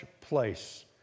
place